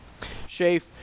Shafe